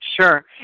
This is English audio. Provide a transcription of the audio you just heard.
Sure